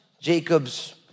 Jacob's